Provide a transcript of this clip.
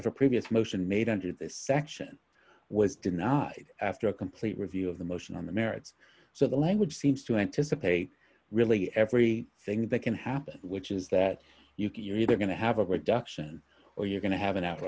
a previous motion made under this section was denied after a complete review of the motion on the merits so the language seems to anticipate really every thing that can happen which is that you can you're either going to have a reduction or you're going to have an out